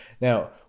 Now